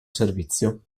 servizio